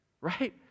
right